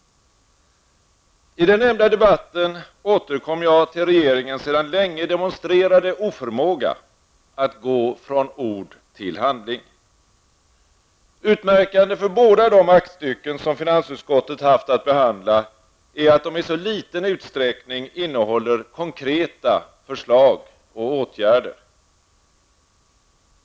I den nämnda debatten återkom jag till regeringens sedan länge demonstrerade oförmåga att gå från ord till handling. Utmärkande för båda de aktstycken som finansutskottet haft att behandla är att de i så liten utsträckning innehåller konkreta förslag till åtgärder.